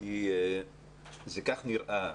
כי כך זה נראה,